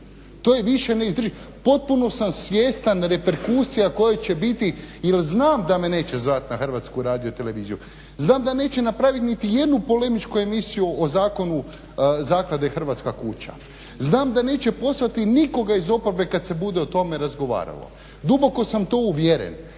To je više ne izdrživo. Potpuno sam svjestan reperkusija koje će biti jer znam da me neće zvat na HRT. Znam da neće napraviti niti jednu polemičku emisiju o Zakonu zaklade Hrvatska kuća. Znam da neće poslati nikoga iz oporbe kad se bude o tome razgovaralo. Duboko sam u to uvjeren